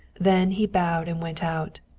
then he bowed and went out,